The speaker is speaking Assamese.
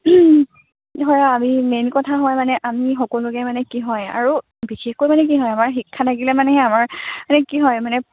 ধৰা আমি মেইন কথা হয় মানে আমি সকলোকে মানে কি হয় আৰু বিশেষকৈ মানে কি হয় আমাৰ শিক্ষা থাকিলে মানেহে আমাৰ মানে কি হয় মানে